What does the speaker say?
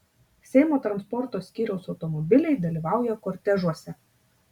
seimo transporto skyriaus automobiliai dalyvauja kortežuose